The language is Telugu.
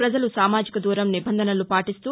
పజలు సామాజిక దూరం నిబంధనలు పాటిస్తూ